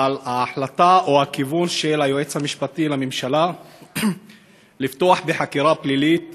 על ההחלטה או הכיוון של היועץ המשפטי לממשלה לפתוח בחקירה פלילית